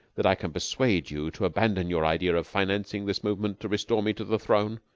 that i can persuade you to abandon your idea of financing this movement to restore me to the throne.